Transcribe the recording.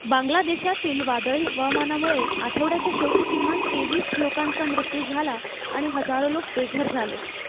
बांगला देशातील वादळी हवामानामुळे आठवड्याच्या शेवटी किमान तेवीस लोकांचा मृत्यू झाला आणि हजारो लोक बेघर झाले